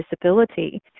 disability